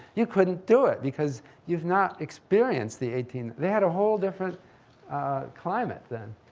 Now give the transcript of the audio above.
you couldn't do it because you've not experienced the eighteen, they had a whole different climate then.